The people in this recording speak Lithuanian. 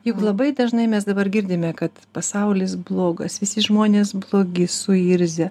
juk labai dažnai mes dabar girdime kad pasaulis blogas visi žmonės blogi suirzę